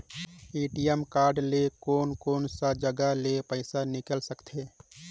ATM card ले कोन कोन सा जगह ले पइसा निकाल सकथे?